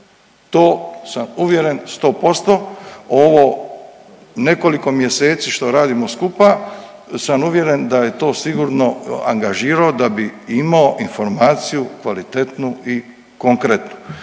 to sam uvjeren 100%, ovo nekoliko mjeseci što radimo skupa sam uvjeren da je to sigurno angažirao da bi imao informaciju kvalitetnu i konkretnu,